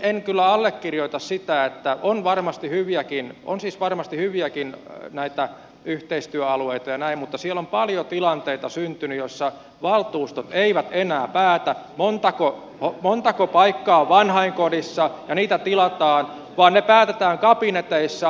en kyllä allekirjoita sitä on siis varmasti hyviäkin yhteistyöalueita ja näin mutta siellä on paljon syntynyt tilanteita joissa valtuustot eivät enää päätä montako paikkaa on vanhainkodissa ja tilataan vaan ne päätetään kabineteissa